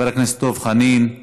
חבר הכנסת דב חנין,